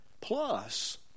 Plus